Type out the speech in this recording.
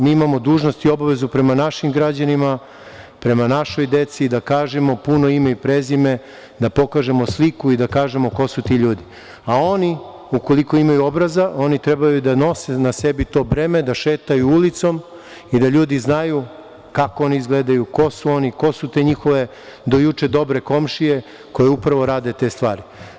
Mi imamo dužnost i obavezu prema našim građanima, prema našoj deci da kažemo puno ime i prezime, da pokažemo sliku i da kažemo ko su ti ljudi, a oni ukoliko imaju obraza, oni treba da nose na sebi to breme, da šetaju ulicom i da ljudi znaju kako oni izgledaju, ko su oni, ko su te njihove do juče dobre komšije koje upravo rade te stvari.